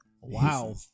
Wow